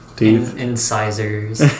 incisors